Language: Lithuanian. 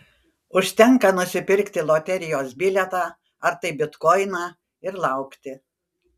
užtenka nusipirkti loterijos bilietą ar tai bitkoiną ir laukti